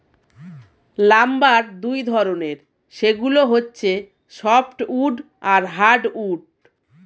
lumber দুই ধরনের, সেগুলো হচ্ছে সফ্ট উড আর হার্ড উড